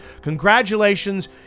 congratulations